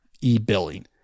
e-billing